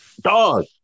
Dog